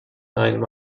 einem